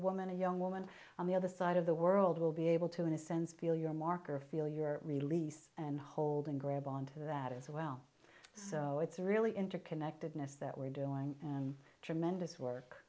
woman a young woman on the other side of the world will be able to in a sense feel your marker feel your release and hold and grab on to that as well so it's really interconnectedness that we're doing tremendous work